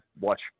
watch